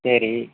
சரி